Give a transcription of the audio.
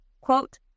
Quote